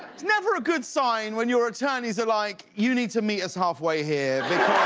it's never a good sign when your attorneys are like, you need to meet us half-way here